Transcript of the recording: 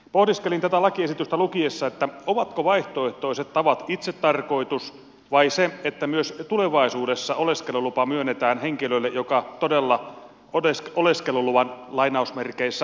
pohdiskelin tätä lakiesitystä lukiessani ovatko vaihtoehtoiset tavat itsetarkoitus vai se että myös tulevaisuudessa oleskelulupa myönnetään henkilölle joka oleskeluluvan todella ansaitsee